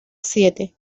siete